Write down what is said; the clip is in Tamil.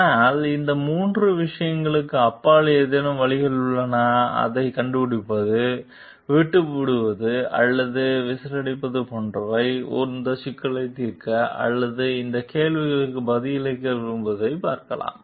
ஆனால் இந்த மூன்று விஷயங்களுக்கு அப்பால் ஏதேனும் வழிகள் உள்ளன அதைக் கடைப்பிடிப்பது விட்டுவிடுவது அல்லது விசில் அடிப்பது போன்றவை இந்த சிக்கலைத் தீர்க்க அல்லது இந்த கேள்விக்கு பதிலளிக்க விரும்புவதைப் பார்க்கலாம்